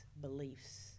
beliefs